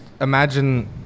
imagine